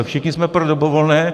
Všichni jsme pro dobrovolné.